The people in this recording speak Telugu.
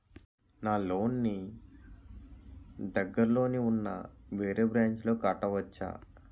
నా లోన్ నీ దగ్గర్లోని ఉన్న వేరే బ్రాంచ్ లో కట్టవచా?